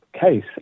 case